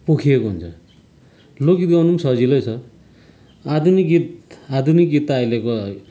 पोखिएको हुन्छ लोक गीत गाउनु पनि सजिलै छ आधुनिक गीत आधुनिक गीत त आहिलेको